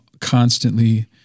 constantly